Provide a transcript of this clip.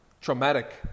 traumatic